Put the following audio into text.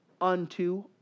unto